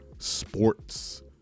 sports